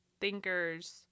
thinkers